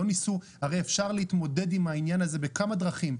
הרי אפשר להתמודד עם הענין הזה בכמה דרכים,